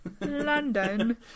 London